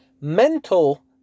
mental